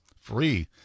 Free